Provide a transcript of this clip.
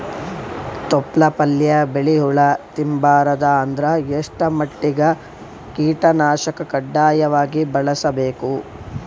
ತೊಪ್ಲ ಪಲ್ಯ ಬೆಳಿ ಹುಳ ತಿಂಬಾರದ ಅಂದ್ರ ಎಷ್ಟ ಮಟ್ಟಿಗ ಕೀಟನಾಶಕ ಕಡ್ಡಾಯವಾಗಿ ಬಳಸಬೇಕು?